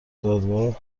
دادگاه